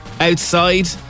outside